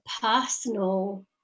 personal